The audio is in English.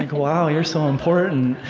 like wow, you're so important.